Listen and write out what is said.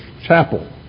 chapel